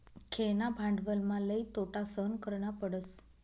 खेळणा भांडवलमा लई तोटा सहन करना पडस